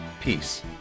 Peace